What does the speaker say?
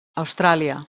austràlia